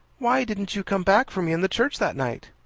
why didn't you come back for me in the church that night?